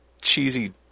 cheesy